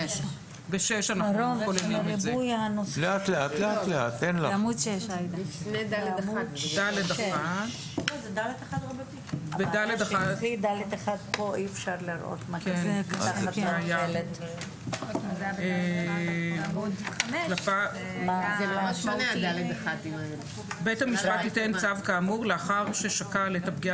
בעמוד 6. בית המשפט ייתן צו כאמור לאחר ששקל את הפגיעה